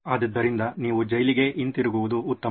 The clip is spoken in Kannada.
ಆದ್ದರಿಂದ ನೀವು ಜೈಲಿಗೆ ಹಿಂತಿರುಗುವುದು ಉತ್ತಮ